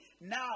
now